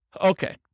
Okay